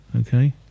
Okay